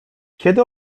kiedy